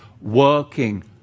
working